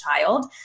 child